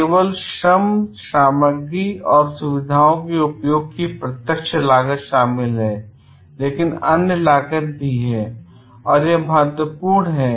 केवल श्रम सामग्री और सुविधाओं के उपयोग की प्रत्यक्ष लागत शामिल है लेकिन अन्य लागत भी हैं और यह बहुत महत्वपूर्ण है